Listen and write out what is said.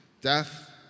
death